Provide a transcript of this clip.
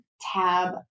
Tab